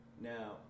now